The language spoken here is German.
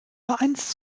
vereins